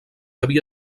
havia